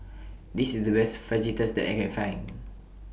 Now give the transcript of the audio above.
This IS The Best Fajitas that I Can Find